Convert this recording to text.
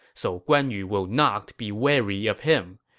so guan yu will not be wary of him.